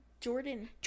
jordan